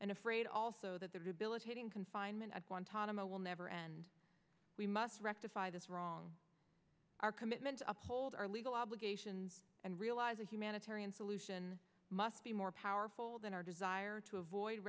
and afraid also that their debilitating confinement at guantanamo will never end we must rectify this wrong our commitment to uphold our legal obligations and realize a humanitarian solution must be more powerful than our desire to avoid